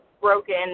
broken